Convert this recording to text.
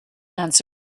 answered